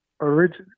original